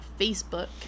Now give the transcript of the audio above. Facebook